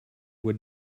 would